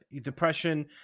depression